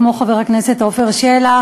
כמו חבר הכנסת עפר שלח.